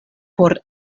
por